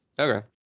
Okay